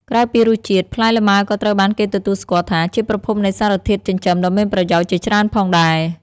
ក្រៅពីរសជាតិ ផ្លែលម៉ើក៏ត្រូវបានគេទទួលស្គាល់ថាជាប្រភពនៃសារធាតុចិញ្ចឹមដ៏មានប្រយោជន៍ជាច្រើនផងដែរ។